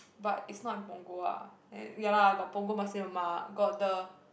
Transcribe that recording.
but it's not in Punggol ah ya lah got Punggol Nasi-Lemak got the